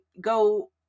go